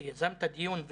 שיזם את הדיון,